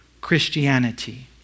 Christianity